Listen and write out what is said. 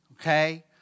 Okay